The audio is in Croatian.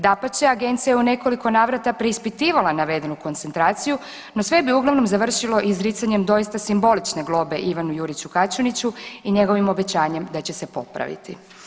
Dapače, agencija je u nekoliko navrata preispitivala navedenu koncentraciju, no sve bi uglavnom završilo izricanjem doista simbolične globe Ivanu Juriću Kaćuniću i njegovim obećanjem da će se popraviti.